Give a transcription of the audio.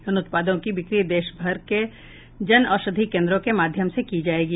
इन उत्पादों की बिक्री देश भर के जन औषधि केन्द्रों के माध्यम से की जाएगी